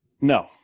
No